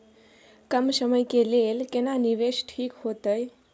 कम समय के लेल केना निवेश ठीक होते?